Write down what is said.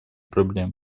проблем